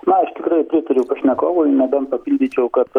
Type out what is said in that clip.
na aš tikrai pritariu pašnekovui nebent papildyčiau kad